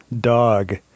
dog